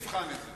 תבחן את זה.